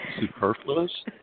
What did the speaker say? superfluous